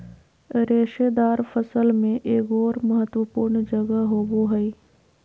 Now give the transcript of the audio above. रेशेदार फसल में एगोर महत्वपूर्ण जगह होबो हइ